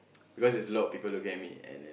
because there's a lot of people looking at me and